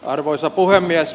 arvoisa puhemies